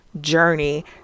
journey